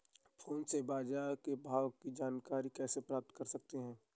Phone से बाजार के भाव की जानकारी कैसे प्राप्त कर सकते हैं?